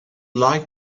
like